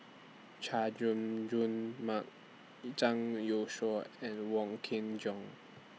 Chay Jung Jun Mark Zhang Youshuo and Wong Kin Jong